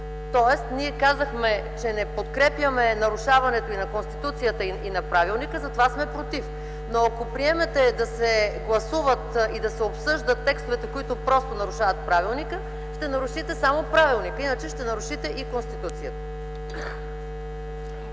Тоест ние казахме, че не подкрепяме нарушаването и на Конституцията, и на правилника, затова сме против, но ако приемете да се гласуват и да се обсъждат текстовете, които просто нарушават правилника, ще нарушите само правилника, иначе ще нарушите и Конституцията.